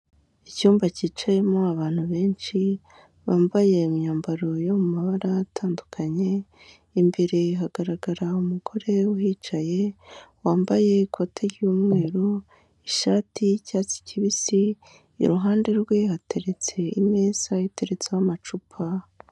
Icyumba cyicayemo abantu benshi bambaye imyambaro yo mu mabara atandukanye, imbere hagaragara umugore uhicaye wambaye ikoti ry'umweru ishati y'icyatsi kibisi, iruhande rwe hateretse imeza iteretseho amacupa.